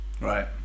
right